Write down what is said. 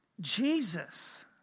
Jesus